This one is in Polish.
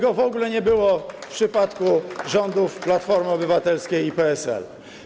Tego w ogóle nie było w przypadku rządów Platformy Obywatelskiej i PSL.